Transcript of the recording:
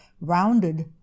rounded